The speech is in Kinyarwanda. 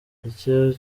icyari